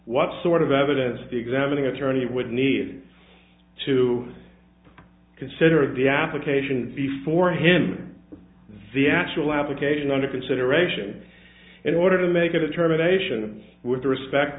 what sort of evidence the examining attorney would need to consider the application fee for him the actual application under consideration in order to make a determination with respect